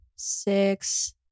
six